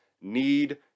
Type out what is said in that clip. need